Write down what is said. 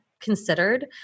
considered